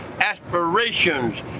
aspirations